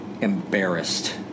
embarrassed